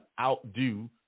outdo